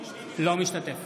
אינו משתתף